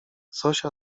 zosia